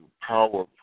Power